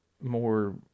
more